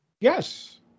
yes